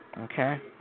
okay